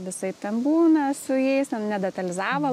visaip ten būna su jais ten nedetalizavo